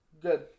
Good